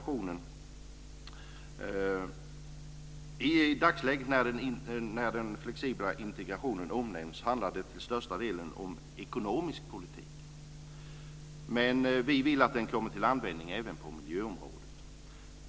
I dagsläget, när den flexibla integrationen omnämns, handlar det till största delen om ekonomisk politik, men vi vill att den kommer till användning även på miljöområdet.